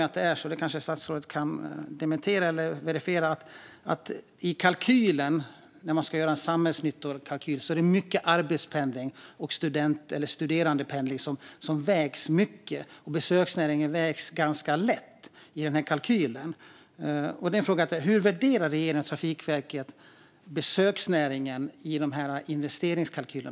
Statsrådet kanske kan dementera eller verifiera detta, men jag har för mig att man fäster stor vikt vid arbetspendling och studerandependling och ganska liten vikt vid besöksnäringen när man ska göra en samhällsnyttokalkyl. Hur värderar regeringen och Trafikverket besöksnäringen i dessa investeringskalkyler?